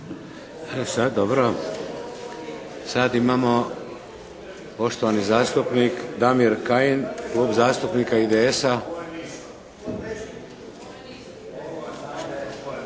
Sad imamo poštovani zastupnik Damir Kajin, Klub zastupnika IDS-a.